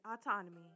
Autonomy